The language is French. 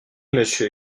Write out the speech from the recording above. monsieur